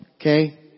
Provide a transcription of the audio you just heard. Okay